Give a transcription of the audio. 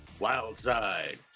Wildside